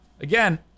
Again